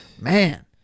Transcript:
man